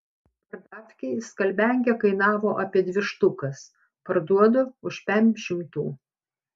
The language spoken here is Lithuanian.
pardavkėj skalbiankė kainavo apie dvi štukas parduodu už pem šimtų